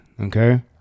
Okay